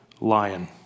lion